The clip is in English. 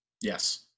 Yes